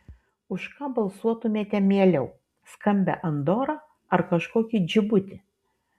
už ką balsuotumėte mieliau skambią andorą ar kažkokį džibutį